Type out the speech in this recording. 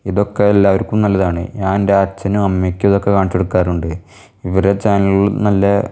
ഇതൊക്കെ എല്ലാവർക്കും നല്ലതാണ് ഞാൻ എൻ്റെ അച്ഛനും അമ്മയ്ക്കും ഇതൊക്കെ കാണിച്ച് കൊടുക്കാറുണ്ട് ഇവരെ ചാനലുകൾ നല്ല